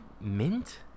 mint